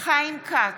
חיים כץ,